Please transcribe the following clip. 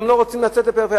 גם לא רוצים לצאת לפריפריה,